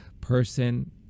person